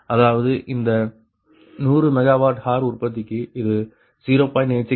அதாவது இந்த 100 MWh உற்பத்திக்கு இது 0